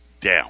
down